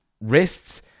wrists